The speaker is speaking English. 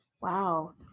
Wow